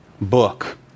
book